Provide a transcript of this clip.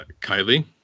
Kylie